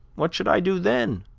what should i do then?